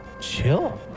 chill